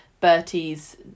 Bertie's